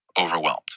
overwhelmed